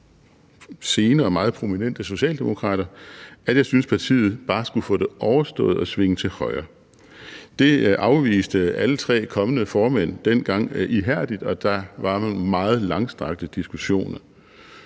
senere meget prominente socialdemokrater, at jeg synes partiet bare skulle få det overstået og svinge til højre. Det afviste alle tre kommende formænd dengang ihærdigt, og der var nogle meget langstrakte diskussioner.